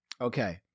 Okay